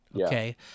Okay